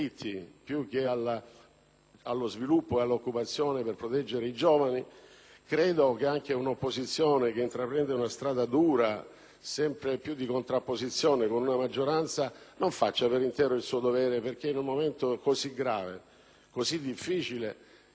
A mio avviso, un'opposizione che intraprende una strada dura, sempre più in contrapposizione con la maggioranza, non fa per intero il suo dovere, perché in un momento così grave e difficile serve il contributo di tutti per il superamento dei problemi.